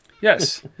Yes